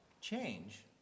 change